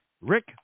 Rick